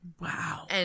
Wow